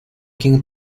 quien